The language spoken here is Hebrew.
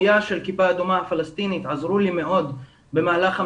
דבריי במהירות.